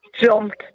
jumped